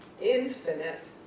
infinite